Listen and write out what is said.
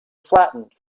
flattened